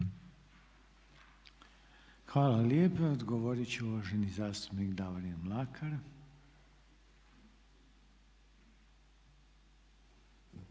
Hvala lijepa. Odgovorit će uvaženi zastupnik Davorin Mlakar.